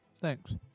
Thanks